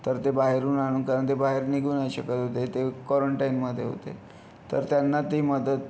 तर ते बाहेरून आणून कारण ते बाहेर निघू नाही शकत होते ते क्वारंटाइनमध्ये होते तर त्यांना ती मदत